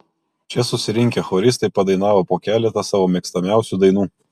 čia susirinkę choristai padainavo po keletą savo mėgstamiausių dainų